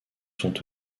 sont